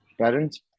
parents